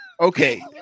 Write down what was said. Okay